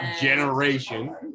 generation